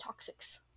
toxics